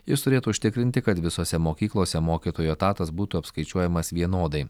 jis turėtų užtikrinti kad visose mokyklose mokytojo etatas būtų apskaičiuojamas vienodai